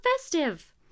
festive